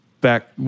back